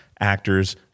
actors